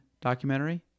documentary